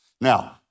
Now